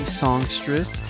songstress